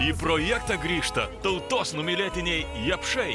į projektą grįžta tautos numylėtiniai japšai